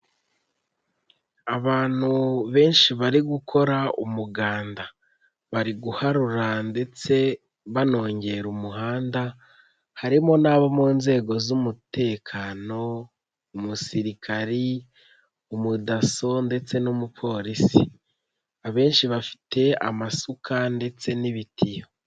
Abantu benshi bari gukora umuganda, bari guharura ndetse banongera umuhanda harimo n'abo mu nzego z'umutekano umusirikari, umudaso ndetse n'umupolisi, abenshi bafite amasuka ndetse n'ibitiyo.